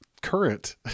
current